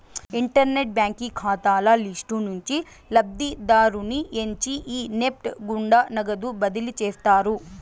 internet బాంకీ కాతాల list నుంచి లబ్ధిదారుని ఎంచి ఈ నెస్ట్ గుండా నగదు బదిలీ చేస్తారు